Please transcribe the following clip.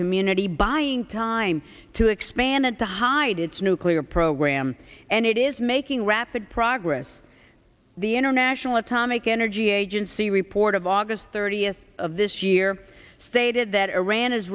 community buying time to expand and to hide its nuclear program and it is making rapid progress the international atomic energy agency report of august thirtieth of this year stated that iran is